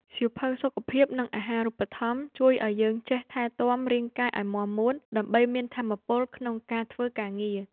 សៀវភៅសុខភាព និងអាហារូបត្ថម្ភ ជួយឱ្យយើងចេះថែទាំរាងកាយឱ្យមាំមួន ដើម្បីមានថាមពលក្នុងការធ្វើការងារ។